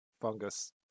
fungus